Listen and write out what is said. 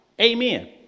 Amen